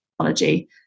technology